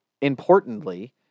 importantly